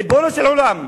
ריבונו של עולם,